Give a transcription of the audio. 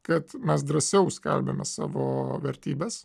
kad mes drąsiau skelbiame savo vertybes